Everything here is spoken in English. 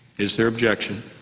is there objection?